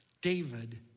David